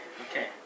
okay